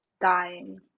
dying